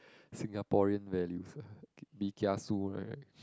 Singaporean values ah be kiasu right